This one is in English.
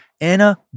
Anna